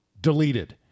deleted